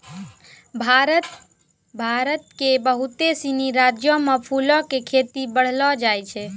भारत के बहुते सिनी राज्यो मे फूलो के खेती बढ़लो जाय रहलो छै